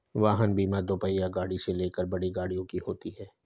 वाहन बीमा दोपहिया गाड़ी से लेकर बड़ी गाड़ियों की होती है